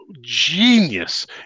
Genius